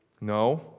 No